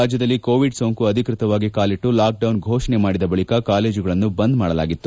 ರಾಜ್ಯದಲ್ಲಿ ಕೋವಿಡ್ ಸೋಂಕು ಅಧಿಕೃತವಾಗಿ ಕಾಲಿಟ್ಟು ಲಾಕ್ಡೌನ್ ಫೋಷಣೆ ಮಾಡಿದ ಬಳಿಕ ಕಾಲೇಜುಗಳನ್ನು ಬಂದ್ ಮಾಡಲಾಗಿತ್ತು